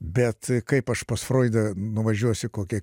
bet kaip aš pas froidą nuvažiuosiu į kokią